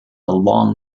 long